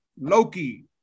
Loki